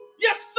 Yes